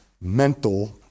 mental